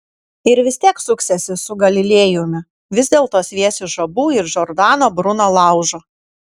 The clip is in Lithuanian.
ir vis tiek suksiesi su galilėjumi vis dėlto sviesi žabų į džordano bruno laužą